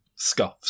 scuffs